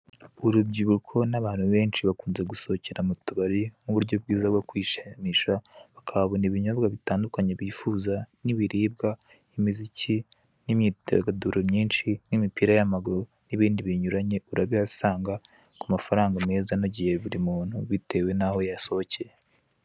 Urubyiruko n'abantu benshi batandukanye bakunze gusohokere mu tubari nk'uburyo bwiza bwo kwishimisha bakahabona ibinyobwa bitandukanye bifuza n'ibiribwa, imiziki n'imyidagaduro myinshi n'imipira y'amaguru n'ibindi binyuranye urabihasanga ku mafaranga meza anogeye buri muntu bitewe n'aho yasohokeye.